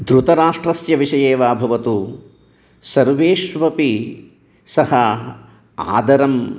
ध्रुतराष्ट्रस्य विषये वा भवतु सर्वेष्वपि सः आदरं